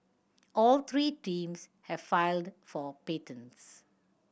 all three teams have filed for patents